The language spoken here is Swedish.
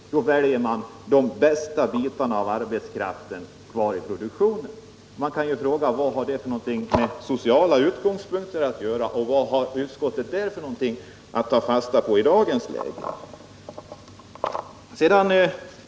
Man väljer att ha de bästa delarna av arbetskraften kvar i produktionen. Vad har det med sociala utgångspunkter att göra? Vad har utskottet i dagens läge att komma med på den punkten?